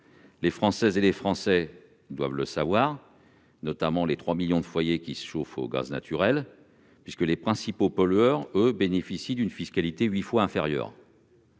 de brutalité. Les Français doivent savoir, notamment les trois millions de foyers qui se chauffent au gaz naturel, que les principaux pollueurs bénéficient d'une fiscalité huit fois inférieure.